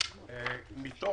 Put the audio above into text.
מתוך